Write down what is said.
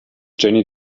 jenny